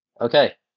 okay